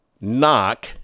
knock